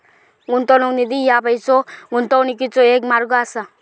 गुंतवणूक निधी ह्या पैसो गुंतवण्याचो एक मार्ग असा